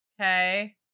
okay